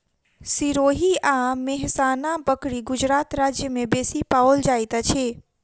सिरोही आ मेहसाना बकरी गुजरात राज्य में बेसी पाओल जाइत अछि